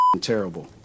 terrible